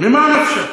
ממה נפשך?